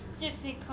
difficult